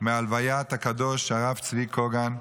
מהלוויית הקדוש הרב צבי קוגן,